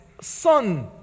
son